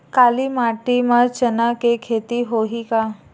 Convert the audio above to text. काली माटी म चना के खेती होही का?